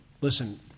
Listen